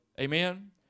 Amen